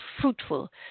fruitful